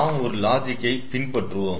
நாம் ஒரு லாஜிக்கை பின்பற்றுவோம்